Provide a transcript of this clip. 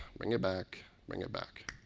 bring it back. bring it back.